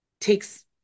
takes